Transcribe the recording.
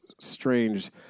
strange